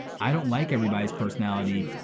i don't like everybody's personality,